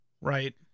right